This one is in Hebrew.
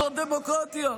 זו דמוקרטיה.